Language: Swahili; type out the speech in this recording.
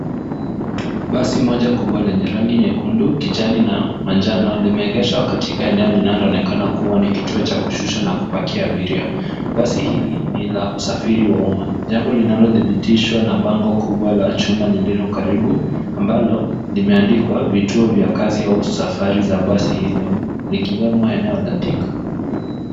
Basi moja kubwa lenye rangi nyekundu, kijani na manjano limeegeshwa katika eneo linaloonekana kuwa ni kituo cha kushusha na kupakia abiria. Basi hili ni la usafiri wa umma, jambo linalothibitishwa na bango kubwa la chuma lililo karibu ambalo limeandikwa vituo vya kazi au safari za basi hilo, likiwemo eneo la Thika.